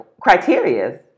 criteria